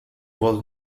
was